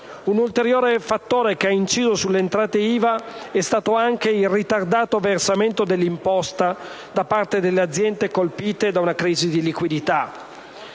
Un ulteriore fattore che ha inciso sulle entrate IVA è stato anche il ritardato versamento dell'imposta da parte delle aziende colpite da una crisi di liquidità.